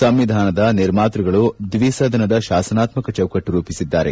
ಸಂವಿಧಾನದ ನಿರ್ಮಾತೃಗಳು ದ್ವಿಸದನದ ಶಾಸನಾತ್ಮಕ ಚೌಕಟ್ಟು ರೂಪಿಸಿದ್ದಾರೆ